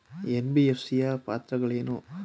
NBFC ಯ ಪಾತ್ರಗಳೇನು?